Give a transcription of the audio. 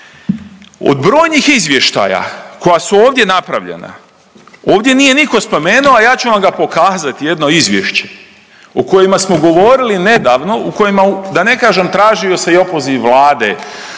Od brojinih izvještaja koja su ovdje napravljena, ovdje nije nitko spomenuo a ja ću vam ga pokazati jedno izvješće o kojima smo govorili nedavno u kojima da ne kažem tražio se i opoziv Vlade,